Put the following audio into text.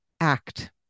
act